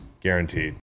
guaranteed